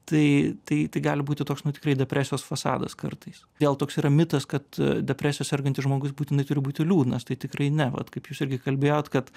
tai tai tai gali būti toks nu tikrai depresijos fasadas kartais vėl toks yra mitas kad depresija sergantis žmogus būtinai turi būti liūdnas tai tikrai ne vat kaip jūs irgi kalbėjot kad